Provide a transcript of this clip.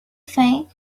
think